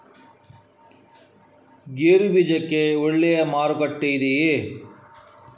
ಗೇರು ಬೀಜಕ್ಕೆ ಒಳ್ಳೆಯ ಮಾರುಕಟ್ಟೆ ಇದೆಯೇ?